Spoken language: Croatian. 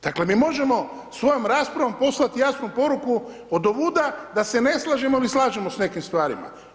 Dakle, mi možemo svojom raspravom poslati jasnu poruku odovuda da se ne slažemo ili slažemo s nekim stvarima.